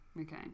okay